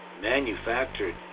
manufactured